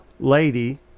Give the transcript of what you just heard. Lady